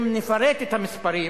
אם נפרט את המספרים